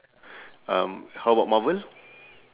um how about marvel